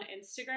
Instagram